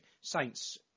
Saints